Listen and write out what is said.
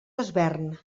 desvern